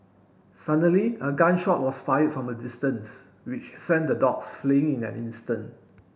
suddenly a gun shot was fired from a distance which sent the dogs fleeing in an instant